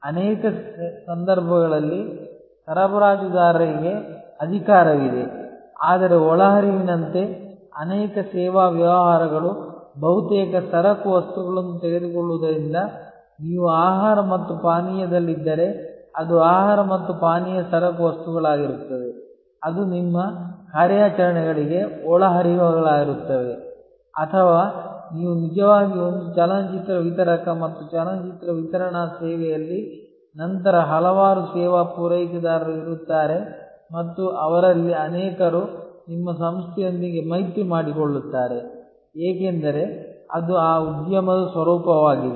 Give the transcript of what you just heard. ಅನೇಕ ಸಂದರ್ಭಗಳಲ್ಲಿ ಸರಬರಾಜುದಾರರಿಗೆ ಅಧಿಕಾರವಿದೆ ಆದರೆ ಒಳಹರಿವಿನಂತೆ ಅನೇಕ ಸೇವಾ ವ್ಯವಹಾರಗಳು ಬಹುತೇಕ ಸರಕು ವಸ್ತುಗಳನ್ನು ತೆಗೆದುಕೊಳ್ಳುವುದರಿಂದ ನೀವು ಆಹಾರ ಮತ್ತು ಪಾನೀಯದಲ್ಲಿದ್ದರೆ ಅದು ಆಹಾರ ಮತ್ತು ಪಾನೀಯ ಸರಕು ವಸ್ತುಗಳಾಗಿರುತ್ತದೆ ಅದು ನಿಮ್ಮ ಕಾರ್ಯಾಚರಣೆಗಳಿಗೆ ಒಳಹರಿವುಗಳಾಗಿರುತ್ತದೆ ಅಥವಾ ನೀವು ನಿಜವಾಗಿ ಒಂದು ಚಲನಚಿತ್ರ ವಿತರಕ ಮತ್ತು ಚಲನಚಿತ್ರ ವಿತರಣಾ ಸೇವೆಯಲ್ಲಿ ನಂತರ ಹಲವಾರು ಸೇವಾ ಪೂರೈಕೆದಾರರು ಇರುತ್ತಾರೆ ಮತ್ತು ಅವರಲ್ಲಿ ಅನೇಕರು ನಿಮ್ಮ ಸಂಸ್ಥೆಯೊಂದಿಗೆ ಮೈತ್ರಿ ಮಾಡಿಕೊಳ್ಳುತ್ತಾರೆ ಏಕೆಂದರೆ ಅದು ಆ ಉದ್ಯಮದ ಸ್ವರೂಪವಾಗಿದೆ